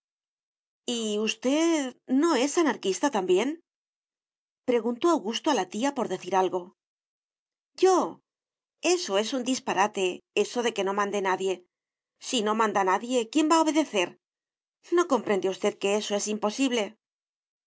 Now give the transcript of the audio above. y usted no es anarquista también preguntó augusto a la tía por decir algo yo eso es un disparate eso de que no mande nadie si no manda nadie quién va a obedecer no comprende usted que eso es imposible